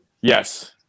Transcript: Yes